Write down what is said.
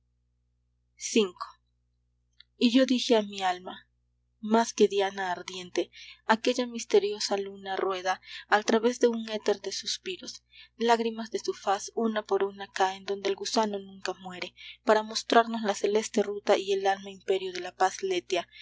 v y yo dije a mi alma más que diana ardiente aquella misteriosa luna rueda al través de un éter de suspiros lágrimas de su faz una por una caen donde el gusano nunca muere para mostrarnos la celeste ruta y el alma imperio de la paz letea